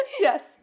Yes